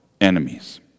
enemies